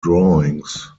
drawings